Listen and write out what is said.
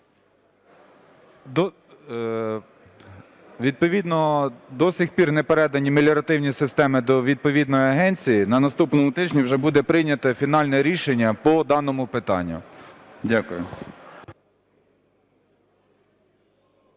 Відповідно до сих пір не передані меліоративні системи до відповідної агенції. На наступному тижні вже буде прийнято фінальне рішення по даному питанню. Дякую.